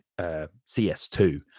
CS2